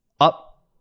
up